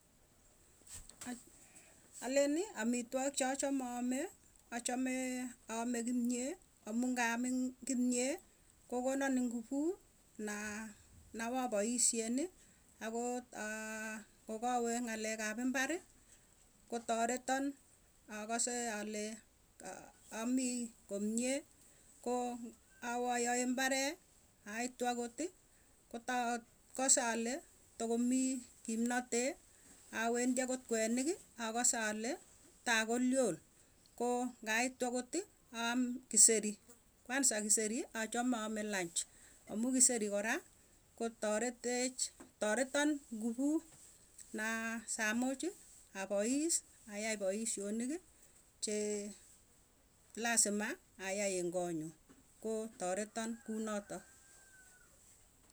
Alenii amitwogik chochame aame achamee aame kiyee amuu ngaam kimyee, kokonan inguvuu nowapoisyen agot aa kokawee imbarrii, kotareton akase alee amii komie, koo awayae imbaree aitu akotii kotakase alee takokimii kimnotet awendii akot kwenikii akase alee takolyol aame akot kiseri. Kwanza kiseri achamee aame lunch, amuu kiseri kora kotoretech toretan nguvut naa saamuchii apois ayai poisyonikii che lazimaa ayai eng koo nyuu koo toreton kunotoo.